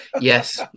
Yes